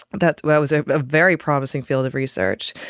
that was a very promising field of research.